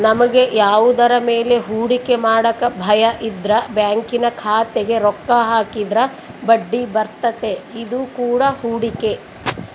ನಮಗೆ ಯಾವುದರ ಮೇಲೆ ಹೂಡಿಕೆ ಮಾಡಕ ಭಯಯಿದ್ರ ಬ್ಯಾಂಕಿನ ಖಾತೆಗೆ ರೊಕ್ಕ ಹಾಕಿದ್ರ ಬಡ್ಡಿಬರ್ತತೆ, ಇದು ಕೂಡ ಹೂಡಿಕೆ